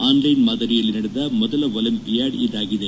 online ಮಾದರಿಯಲ್ಲಿ ನಡೆದ ಮೊದಲ ಒಲಿಂಪಿಯಾಡ್ ಇದಾಗಿದೆ